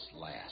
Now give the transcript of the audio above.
last